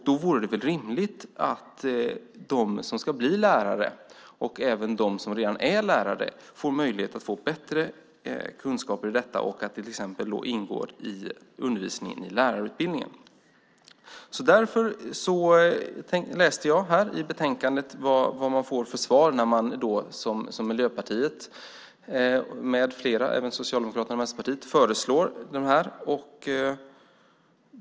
Det vore väl rimligt att de som ska bli lärare och även de som redan är lärare får möjlighet att få bättre kunskaper i detta och att det till exempel ingår i undervisningen i lärarutbildningen. Jag läste i betänkandet vad man får för svar när man som Miljöpartiet och även Socialdemokraterna och Vänsterpartiet föreslår det här.